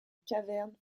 caverne